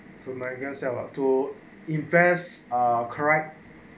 to make yourself up to invest ah correct